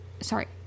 sorry